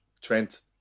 Trent